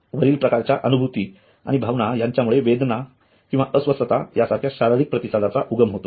वरील प्रकारच्या अनुभूती आणि भावना यांच्यामुळे वेदना किंवा अस्वस्थता यासारख्या शारीरिक प्रतिसादांचा उगम होतो